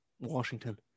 Washington